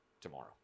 tomorrow